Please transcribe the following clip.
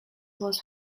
was